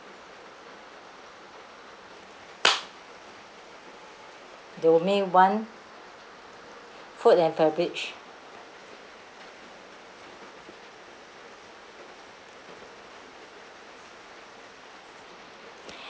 domain one food and beverage